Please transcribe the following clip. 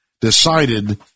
decided